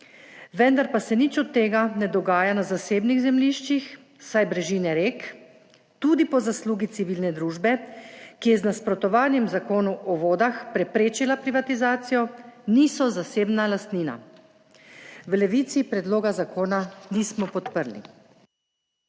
Vendar pa se nič od tega ne dogaja na zasebnih zemljiščih, saj brežine rek, tudi po zaslugi civilne družbe, ki je z nasprotovanjem Zakonu o vodah preprečila privatizacijo, niso zasebna lastnina. V Levici predloga zakona nismo podprli.